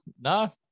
no